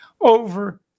over